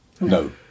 No